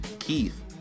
Keith